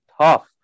tough